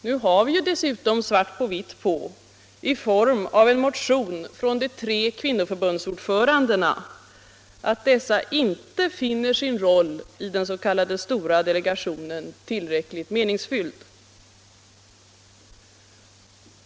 Nu har vi ju dessutom svart på vitt på, i form av en motion från de tre kvinnoförbundsordförandena, att dessa inte finner sin roll i den s.k. stora delegationen tillräckligt meningsfull.